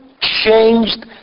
changed